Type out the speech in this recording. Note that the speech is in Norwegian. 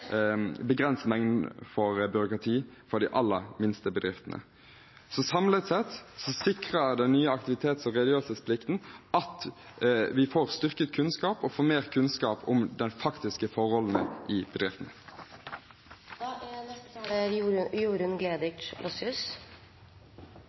begrense mengden av byråkrati for de aller minste bedriftene. Så samlet sett sikrer den nye aktivitets- og redegjørelsesplikten at vi får styrket kunnskap og mer kunnskap om de faktiske forholdene i bedriftene. Seksuell trakassering er